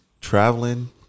traveling